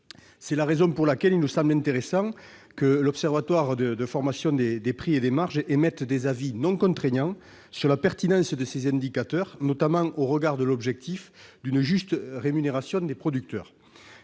C'est la raison pour laquelle il nous semble intéressant que l'Observatoire de la formation des prix et des marges des produits alimentaires émette des avis, non contraignants, sur la pertinence de ces indicateurs, notamment au regard de l'objectif d'une juste rémunération des producteurs.